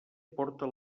porta